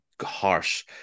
harsh